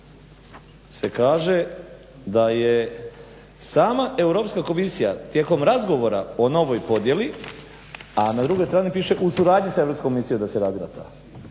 se kaže da je sama Europska komisija tijekom razgovora o novoj podjeli, a na drugoj strani piše u suradnji s Europskom komisijom da se radila ta.